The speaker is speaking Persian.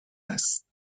است